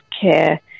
care